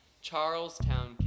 Charlestown